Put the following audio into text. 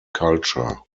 culture